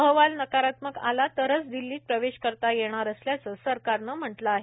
अहवाल नकारात्मक आला तरच दिल्लीत प्रवेश करता येणार असल्याचं सरकारनं म्हटलं आहे